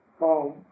home